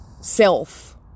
self